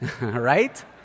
right